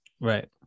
right